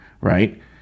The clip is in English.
right